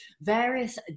various